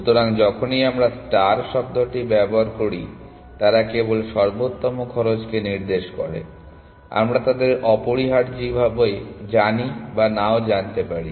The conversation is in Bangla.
সুতরাং যখনই আমরা ষ্টার শব্দটি ব্যবহার করি তারা কেবল সর্বোত্তম খরচকে নির্দেশ করে আমরা তাদের অপরিহার্যভাবে জানি বা নাও জানতে পারি